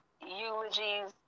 eulogies